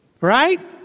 right